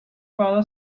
fala